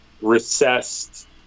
recessed